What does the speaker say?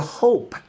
hope